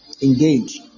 Engage